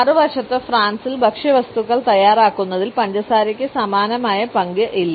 മറുവശത്ത് ഫ്രാൻസിൽ ഭക്ഷ്യവസ്തുക്കൾ തയ്യാറാക്കുന്നതിൽ പഞ്ചസാരയ്ക്ക് സമാനമായ പങ്ക് ഇല്ല